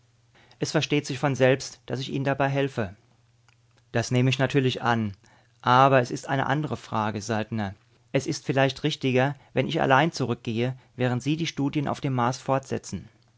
es versteht sich von selbst daß ich ihnen dabei helfe das nehme ich natürlich an aber es ist eine andere frage saltner es ist vielleicht richtiger daß ich allein zurückgehe während sie die studien auf dem mars fortsetzen